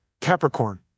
Capricorn